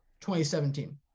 2017